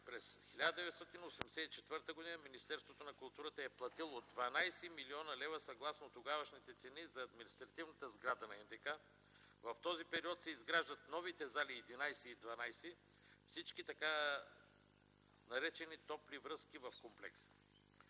През 1984 г. Министерството на културата е платило 12 млн. лв. съгласно тогавашните цени за административната сграда на НДК. В този период се изграждат новите зали – 11 и 12, всичките тъй наречени топли връзки в комплекса.